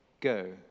go